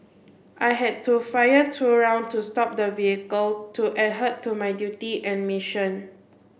I had to fire two rounds to stop the vehicle to adhere to my duty and mission